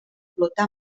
flota